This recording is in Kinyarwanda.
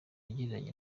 yagiranye